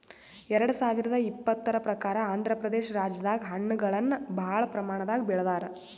ಎರಡ ಸಾವಿರದ್ ಇಪ್ಪತರ್ ಪ್ರಕಾರ್ ಆಂಧ್ರಪ್ರದೇಶ ರಾಜ್ಯದಾಗ್ ಹಣ್ಣಗಳನ್ನ್ ಭಾಳ್ ಪ್ರಮಾಣದಾಗ್ ಬೆಳದಾರ್